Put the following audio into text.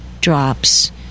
drops